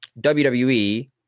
wwe